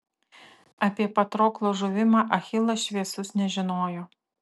apie patroklo žuvimą achilas šviesus nežinojo